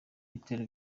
ibitaro